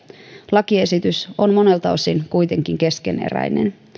lakiesitys on monelta osin kuitenkin keskeneräinen